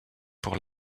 pour